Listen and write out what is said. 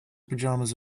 pajamas